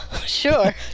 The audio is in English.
sure